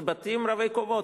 זה בתים רבי-קומות.